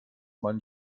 man